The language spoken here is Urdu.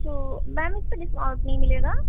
تو میم اس پہ ڈسکاؤنٹ نہیں ملے گا